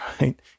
right